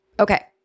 Okay